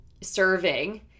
serving